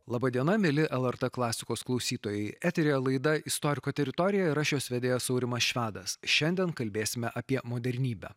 laba diena mieli lrt klasikos klausytojai eteryje laidą istoriko teritorija ir aš jos vedėjas aurimas švedas šiandien kalbėsime apie modernybę